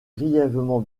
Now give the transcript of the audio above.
grièvement